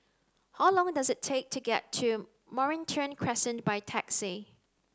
how long does it take to get to Mornington Crescent by taxi